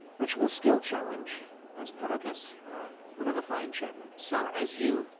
ritual skill challenge as part of this revivify enchantment. so as you